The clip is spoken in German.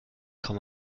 kaum